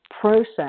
process